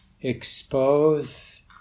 expose